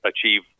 achieve